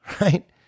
right